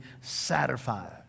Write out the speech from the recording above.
satisfied